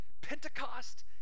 pentecost